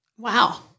Wow